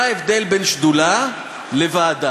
מה ההבדל בין שדולה לוועדה?